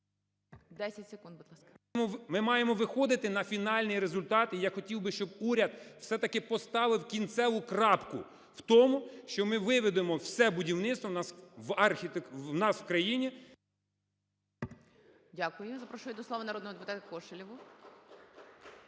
Дякую. Запрошую до слова народного депутатаКошелєву.